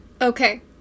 Okay